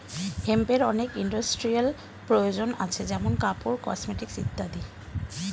হেম্পের অনেক ইন্ডাস্ট্রিয়াল প্রয়োজন আছে যেমন কাপড়, কসমেটিকস ইত্যাদি